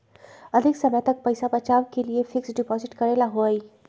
अधिक समय तक पईसा बचाव के लिए फिक्स डिपॉजिट करेला होयई?